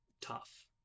tough